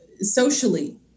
socially